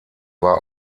war